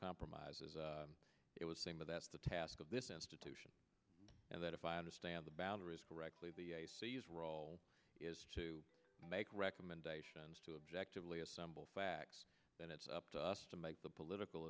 compromises it was saying that that's the task of this institution and that if i understand the boundaries correctly the role is to make recommendations to objectively assemble facts and it's up to us to make the political